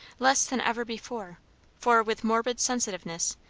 less than ever before for, with morbid sensitiveness,